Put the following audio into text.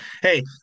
hey